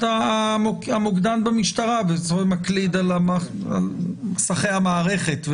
המוקדן במשטרה מקליד על מסכי המערכת.